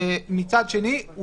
מצד שני,